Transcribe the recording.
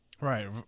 right